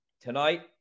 Tonight